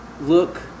Look